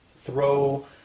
throw